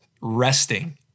resting